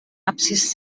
absis